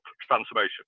transformation